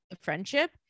friendship